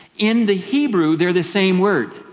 in the hebrew, they're the same word.